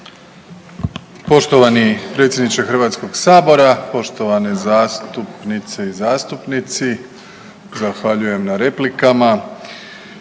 Poštovani predsjedniče Hrvatskoga sabora, poštovane zastupnice i zastupnici. Zahvaljujem na replikama.